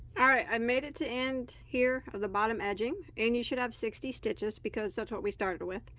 all right, i made it to end here of the bottom edging and you should have sixty stitches because that's what we started with